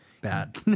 bad